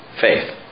faith